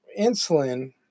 insulin